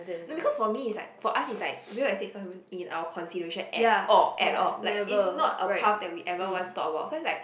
no because for me is like for us is like real estate is not even in our consideration at all at all like is not a path that we ever want to talk about so is like